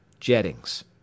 Jettings